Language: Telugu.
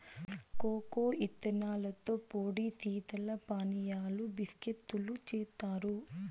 కోకో ఇత్తనాలతో పొడి శీతల పానీయాలు, బిస్కేత్తులు జేత్తారు